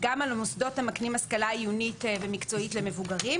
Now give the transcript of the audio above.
גם על המוסדות המקנים השכלה עיונית ומקצועית למבוגרים,